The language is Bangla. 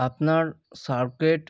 আপনার সার্ফের